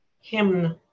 hymn